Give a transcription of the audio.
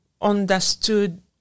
understood